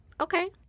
Okay